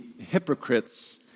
hypocrites